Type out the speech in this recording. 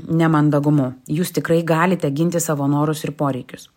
nemandagumu jūs tikrai galite ginti savo norus ir poreikius